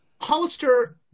Hollister